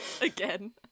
Again